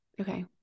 Okay